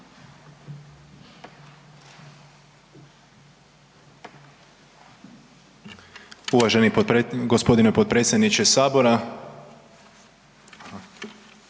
Poštovani gospodine dopredsjedniče Sabora,